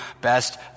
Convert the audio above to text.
best